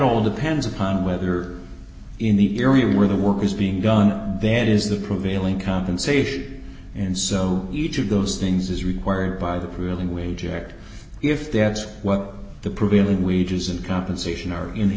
all depends upon whether in the area where the work is being done then it is the prevailing compensation and so each of those things is required by the prevailing wage act if that's what the prevailing wages and compensation are in the